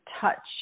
touch